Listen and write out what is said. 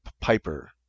Piper